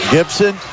Gibson